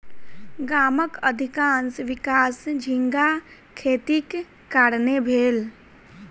गामक अधिकाँश विकास झींगा खेतीक कारणेँ भेल